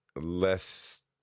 less